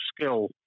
skill